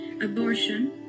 abortion